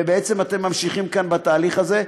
ובעצם אתם ממשיכים כאן את התהליך הזה.